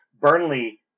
burnley